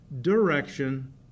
direction